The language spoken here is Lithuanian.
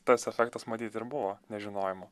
tas efektas matyt ir buvo nežinojimo